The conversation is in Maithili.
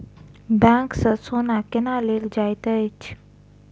बैंक सँ सोना केना लेल जाइत अछि